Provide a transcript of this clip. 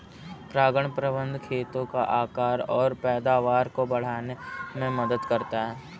परागण प्रबंधन खेतों के आकार और पैदावार को बढ़ाने में मदद करता है